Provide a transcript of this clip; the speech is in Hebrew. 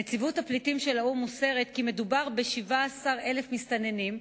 נציבות הפליטים של האו"ם מוסרת כי מדובר ב-17,000 מסתננים.